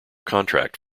contract